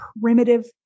primitive